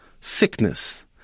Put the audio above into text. sickness